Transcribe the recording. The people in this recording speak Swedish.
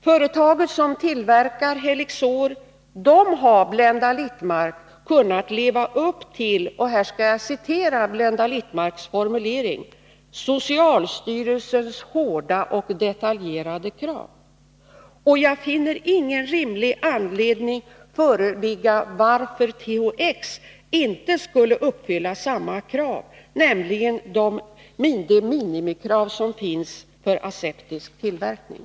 Företaget som tillverkar Helixor har, Blenda Littmarck, kunnat leva upp till — och här skall jag citera Blenda Littmarcks formulering i frågan — socialstyrelsens ”hårda och detaljerade krav”. Jag finner ingen rimlig anledning till att THX inte skulle uppfylla samma krav, nämligen det minimikrav som finns på aseptisk tillverkning.